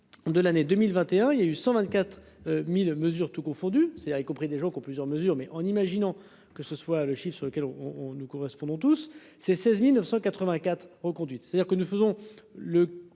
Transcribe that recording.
De l'année 2021, il y a eu 124.000 mesures tout confondu, c'est-à-dire y compris des gens qui ont plusieurs mesures. Mais en imaginant que ce soit le chiffre sur lequel on on nous correspondons tous ces 16.984 reconduite, c'est-à-dire que nous faisons le